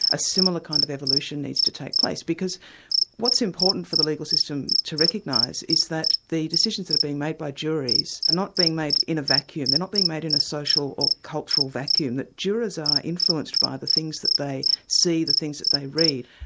a similar kind of evolution needs to take place, because what's important for the legal system to recognise is that the decisions that have been made by juries are not being made in a vacuum. they're not being made in a social or cultural vacuum that jurors are influenced by the things that they see, the things that they read.